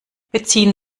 beziehen